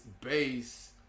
base